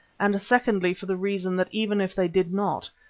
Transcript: and secondly for the reason that even if they did not,